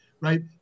right